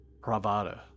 Pravada